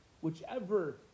whichever